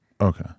Okay